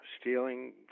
stealing